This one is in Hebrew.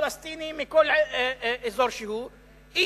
או כל פלסטיני מכל אזור כלשהו,